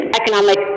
economic